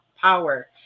power